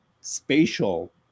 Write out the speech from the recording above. spatial